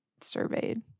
surveyed